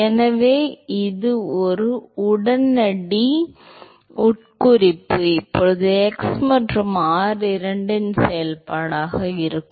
எனவே அது ஒரு உடனடி உட்குறிப்பு இப்போது x மற்றும் r இரண்டின் செயல்பாடாக இருக்கும்